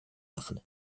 machen